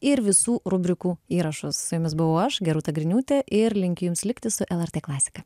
ir visų rubrikų įrašus su jumis buvau aš gerūta griniūtė ir linkiu jums likti su lrt klasika